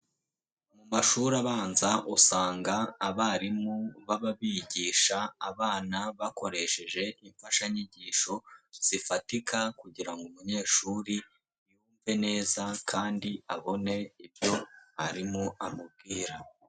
Mu mashuri abanza usanga abarimu baba bigisha abana bakoresheje imfashanyigisho zifatika kugira ngo umunyeshuri yumve neza kandi abone ibyo mwarimu amubwira.